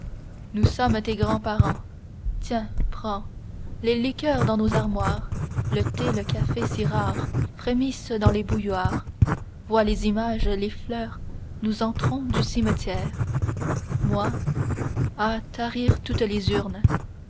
nous sommes tes grands parents tiens prends les liqueurs dans nos armoires le thé le café si rares frémissent dans les bouilloires vois les images les fleurs nous entrons du cimetière moi ah tarir toutes les urnes